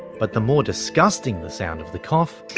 but the more disgusting the sound of the cough, the